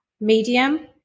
medium